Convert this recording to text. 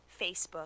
Facebook